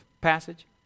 passage